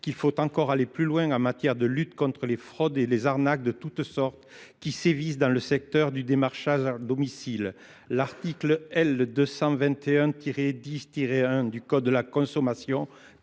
qu'il faut encore aller plus loin en matière de lutte contre les fraudes et les arnaques de toutes sortes qui sévissent dans le secteur du démarchage à domicile. L'article L221-10-1 du Code de la consommation